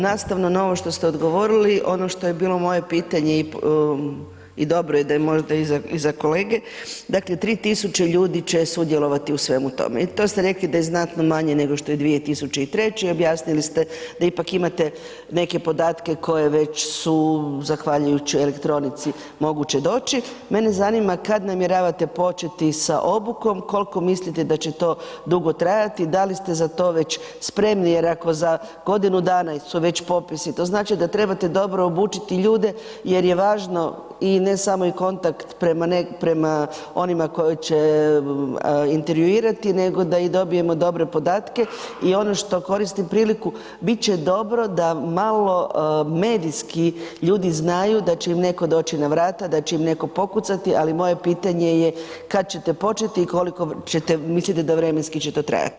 Nastavno na ovo što ste odgovorili, ono što je bilo pitanje i dobro je da je možda i za kolege, dakle 3000 ljudi će sudjelovati u svemu tome i toste rekli da je znatno manje nego što je 2003., objasnili ste da ipak imate neke podatke koje već su zahvaljujući elektronici mogu doći, mene zanima kad namjeravate početi sa obukom, koliko mislite da će to dugo trajati, da li ste za to već spremni jer ako za godinu su već popisi, to znači da trebate dobro obučiti ljude jer je važno i ne samo i kontakt prema onima koji će intervjuirati nego da i dobijemo dobre podatke i ono što koristim priliku, bit će dobro da malo medijski, ljudi znaju da će im netko doći na vrata, da će im netko pokucati moje pitanje je kad ćete početi i koliko mislite da vremenski će to trajati.